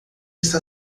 está